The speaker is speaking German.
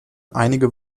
einige